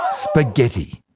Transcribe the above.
ah spaghetti!